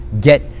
get